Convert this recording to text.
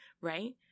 right